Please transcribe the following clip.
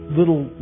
little